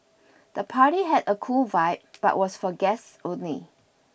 the party had a cool vibe but was for guests only